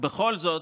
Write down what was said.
בכל זאת,